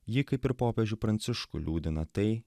jį kaip ir popiežių pranciškų liūdina tai